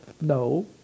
No